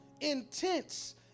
intense